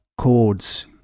chords